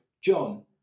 John